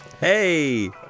Hey